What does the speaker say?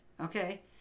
okay